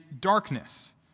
darkness